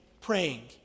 praying